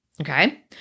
Okay